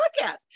Podcast